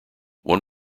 one